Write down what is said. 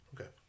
Okay